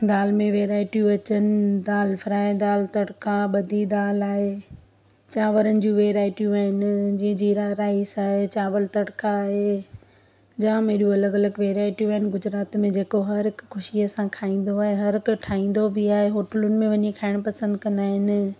दालि में वेराइटियूं अचनि दालि फ्राए दालि तड़िका बदी दाल आहे चांवरनि जूं वेराइटियूं आहिनि जींअ जीरा राइस आहे चावल तड़िका आहे जाम अहिड़ियूं अलॻि अलॻि वेराइटियूं आहिनि गुजरात में जेको हर हिकु ख़ुशीय सां खाईंदो आहे हर हिकु ठाहींदो बि आहे होटलुनि में वञी खाइण पसंदि कंदा आहिनि